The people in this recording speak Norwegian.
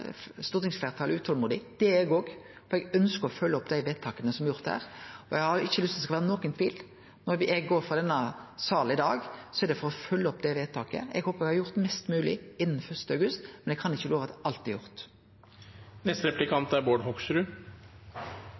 stortingsfleirtalet er utolmodig. Det er eg òg, for eg ønskjer å følgje opp dei vedtaka som er gjorde, og eg har ikkje lyst til at det skal vere nokon tvil – når eg går frå denne salen i dag, er det for å følgje opp det vedtaket. Eg håper at eg har gjort mest mogleg innan 1. august, men eg kan ikkje love at alt er